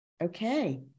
Okay